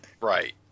Right